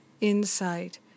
insight